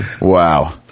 Wow